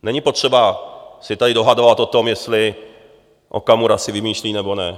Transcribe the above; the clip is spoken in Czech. Není potřeba se tady dohadovat o tom, jestli Okamura si vymýšlí, nebo ne.